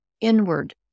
inward